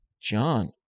John